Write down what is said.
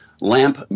lamp